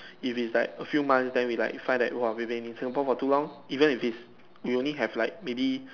if it's like a few months then we like find that !woah! we been in Singapore for too long even if it's we only have like maybe